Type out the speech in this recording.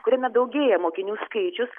kuriame daugėja mokinių skaičius